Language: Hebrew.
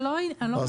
אני לא אומרת שאסור.